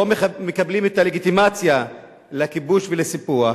לא היו מקבלים את הלגיטימציה לכיבוש ולסיפוח,